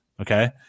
Okay